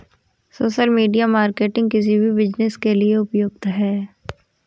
social media marketing किसी भी business के लिए उपयुक्त है